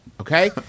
Okay